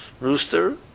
rooster